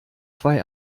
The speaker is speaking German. zwei